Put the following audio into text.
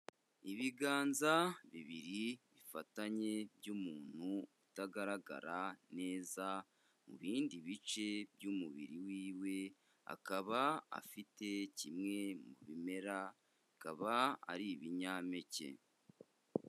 Ibiganza bibiri bifatanye by'umuntu utagaragara neza ibindi bice by'umubiri wiwe, akaba afite kimwe mu bimera akaba ari ibinyampeke.